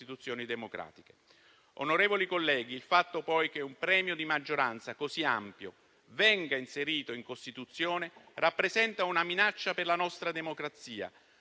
democratiche. Onorevoli colleghi, il fatto poi che un premio di maggioranza così ampio venga inserito in Costituzione rappresenta una minaccia per la nostra democrazia,